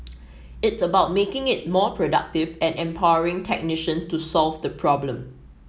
it's about making it more productive and empowering technician to solve the problem